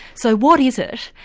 so what is it,